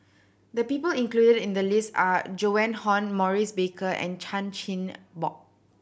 the people included in the list are Joan Hon Maurice Baker and Chan Chin Bock